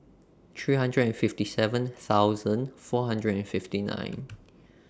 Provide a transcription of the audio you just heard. three hundred and fifty seven thousand four hundred and fifty nine